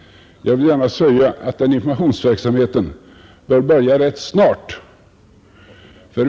Jag vill gärna säga, herr finansminister, att den verksamheten bör börja rätt snart.